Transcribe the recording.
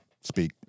speak